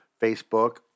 Facebook